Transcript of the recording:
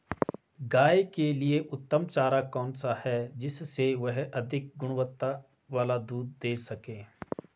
गाय के लिए उत्तम चारा कौन सा है जिससे वह अधिक गुणवत्ता वाला दूध दें सके?